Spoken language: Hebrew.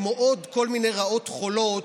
כמו עוד כל מיני רעות חולות,